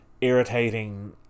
irritating